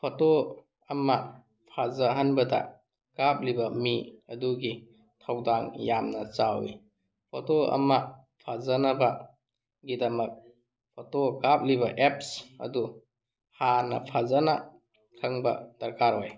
photo ꯑꯃ ꯐꯖ ꯍꯟꯕꯗ ꯀꯥꯞꯂꯤꯕ ꯃꯤ ꯑꯗꯨꯒꯤ ꯊꯧꯗꯥꯡ ꯌꯥꯝꯅ ꯆꯥꯎꯋꯤ ꯐꯣꯇꯣ ꯑꯃ ꯐꯖꯅꯕꯒꯤꯗꯃꯛ ꯐꯣꯇꯣ ꯀꯥꯞꯂꯤꯕ ꯑꯦꯞꯁ ꯑꯗꯨ ꯍꯥꯟꯅ ꯐꯖꯅ ꯈꯪꯕ ꯗꯔꯀꯥꯔ ꯑꯣꯏ